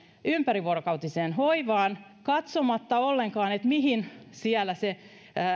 ympärivuorokautiseen hoivaan katsomatta ollenkaan mihin siellä se